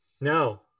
No